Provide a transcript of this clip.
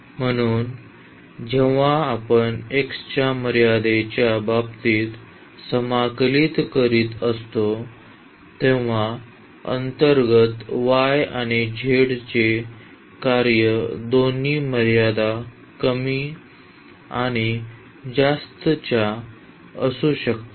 म्हणून जेव्हा आपण x च्या मर्यादेच्या बाबतीत समाकलित करीत असतो तेव्हा अंतर्गत y आणि z चे कार्य दोन्ही मर्यादा कमी आणि जास्त च्या असू शकतात